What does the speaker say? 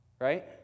right